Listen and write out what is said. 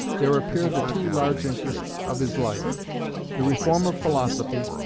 there appear the two large interests of his life the reform of philosophy,